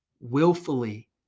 willfully